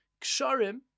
k'sharim